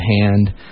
Hand